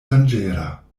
danĝera